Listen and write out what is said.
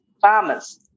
farmers